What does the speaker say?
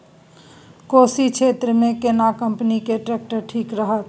कोशी क्षेत्र मे केना कंपनी के ट्रैक्टर ठीक रहत?